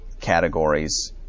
categories